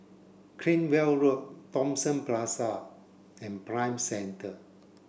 Cranwell Road Thomson Plaza and Prime Centre